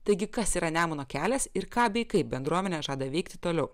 taigi kas yra nemuno kelias ir ką bei kaip bendruomenė žada veikti toliau